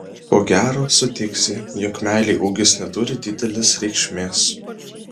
ko gero sutiksi jog meilei ūgis neturi didelės reikšmės